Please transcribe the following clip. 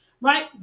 right